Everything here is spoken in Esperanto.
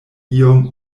iom